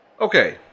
okay